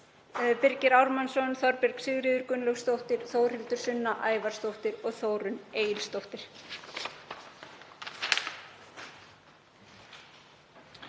Birgir Ármannsson, Þorbjörg Sigríður Gunnlaugsdóttir, Þórhildur Sunna Ævarsdóttir og Þórunn Egilsdóttir.